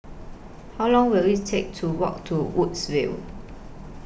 How Long Will IT Take to Walk to Woodsville